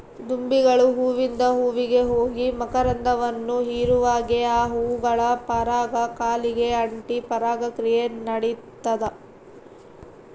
ದುಂಬಿಗಳು ಹೂವಿಂದ ಹೂವಿಗೆ ಹೋಗಿ ಮಕರಂದವನ್ನು ಹೀರುವಾಗೆ ಆ ಹೂಗಳ ಪರಾಗ ಕಾಲಿಗೆ ಅಂಟಿ ಪರಾಗ ಕ್ರಿಯೆ ನಡಿತದ